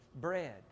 bread